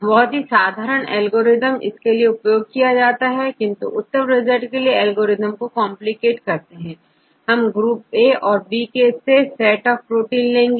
बहुत ही साधारण एल्गोरिदम इसके लिए उपयोग होगा किंतु उत्तम रिजल्ट के लिए एल्गोरिदम को कॉम्प्लिकेट करते हैं हम ग्रुप ए और बी से सेट ऑफ प्रोटीन लेंगे